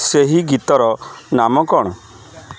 ସେହି ଗୀତର ନାମ କ'ଣ